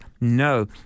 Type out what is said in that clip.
No